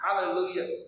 Hallelujah